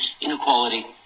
inequality